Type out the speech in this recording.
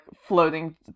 floating